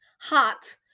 Hot